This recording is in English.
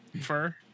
fur